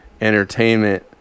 entertainment